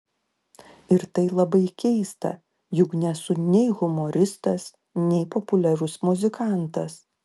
ir tai labai keista juk nesu nei humoristas nei populiarus muzikantas